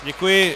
Děkuji.